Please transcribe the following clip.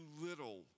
little